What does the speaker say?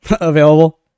available